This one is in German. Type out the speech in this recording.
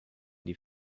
die